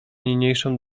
niniejszą